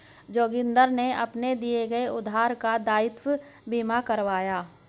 जोगिंदर ने अपने दिए गए उधार का दायित्व बीमा करवाया